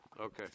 Okay